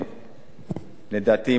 לדעתי,